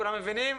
כולם מבינים,